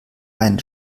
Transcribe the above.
ein